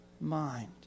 mind